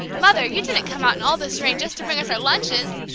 mother, you didn't come out in all this rain just to bring us our lunches!